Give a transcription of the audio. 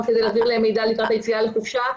כדי לתת להם מידע לקראת היציאה לחופשה.